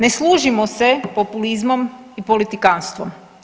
Ne služimo se populizmom i politikanstvom.